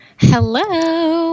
Hello